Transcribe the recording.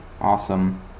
Awesome